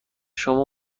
شما